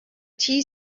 tea